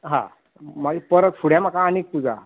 हा मागीर परत फुडें म्हाका आनीक पुजा हा